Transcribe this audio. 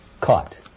caught